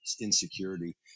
insecurity